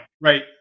Right